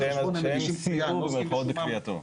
שהם סייעו, במירכאות, בקביעתו.